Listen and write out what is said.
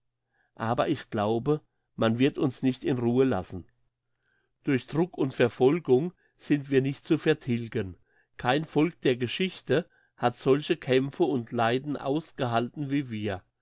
aber ich glaube man wird uns nicht in ruhe lassen durch druck und verfolgung sind wir nicht zu vertilgen kein volk der geschichte hat solche kämpfe und leiden ausgehalten wie wir